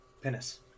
penis